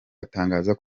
atangaza